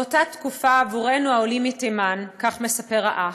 "באותה תקופה עבורנו, העולים מתימן" כך מספר האח,